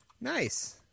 Nice